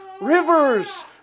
rivers